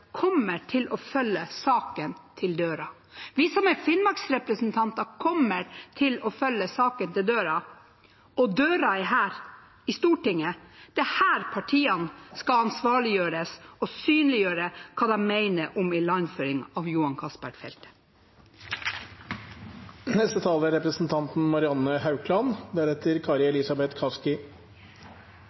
kommer til å følge saken til døra. Vi som er Finnmarks-representanter, kommer til å følge saken til døra. Og døra er her i Stortinget. Det er her partiene skal ansvarliggjøres og synliggjøre hva de mener om ilandføring fra Johan